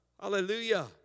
Hallelujah